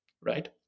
right